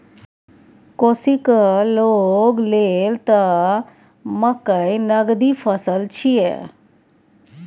कोशीक लोग लेल त मकई नगदी फसल छियै